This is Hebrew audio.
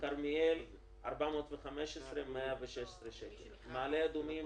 כרמיאל 415,116 שקלים, מעלה אדומים